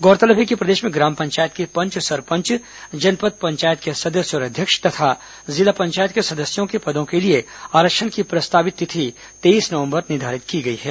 गौरतलब है कि प्रदेश में ग्राम पंचायत के पंच सरपंच जनपद पंचायत के सदस्य और अध्यक्ष तथा जिला पंचायत के सदस्यों के पदों के लिए आरक्षण की प्रस्तावित तिथि तेईस नवम्बर निर्धारित की गई है